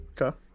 Okay